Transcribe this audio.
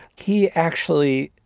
he, actually,